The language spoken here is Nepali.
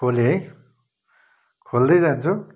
खोलेँ है खोल्दै जान्छु